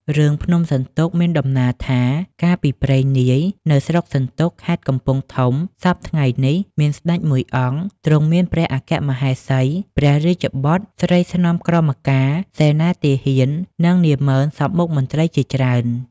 រឿង ភ្នំសន្ទុកមានដំណាលថា កាលពីព្រេងនាយនៅស្រុកសន្ទុក ខេត្តកំពង់ធំសព្វថ្ងៃនេះ មានស្ដេចមួយអង្គ ទ្រង់មានព្រះអគ្គមហេសី ព្រះរាជបុត្រ ស្រីស្នំក្រមការ សេនាទាហាន និងនាហ្មឺនសព្វមុខមន្ត្រី ជាច្រើន។